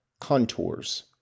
contours